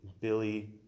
Billy